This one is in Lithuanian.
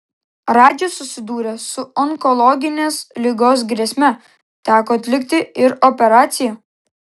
radžis susidūrė su onkologinės ligos grėsme teko atlikti ir operaciją